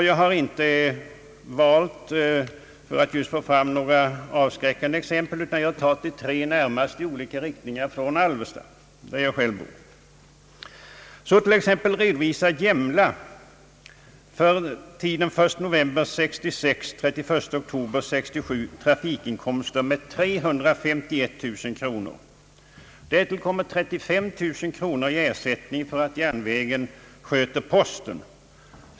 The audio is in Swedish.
Jag har inte valt några avskräckande exempel utan jag har tagit de tre närmaste stationerna i olika riktningar från Alvesta, där jag själv bor. Så t.ex. redovisar Gemla för tiden 1 november 1966—31 oktober 1967 = trafikinkomster med 351 000 kronor. Därtill kommer 35 000 kronor i ersättning för att järnvägen sköter posten.